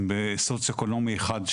הם בסוציואקונומי אחד,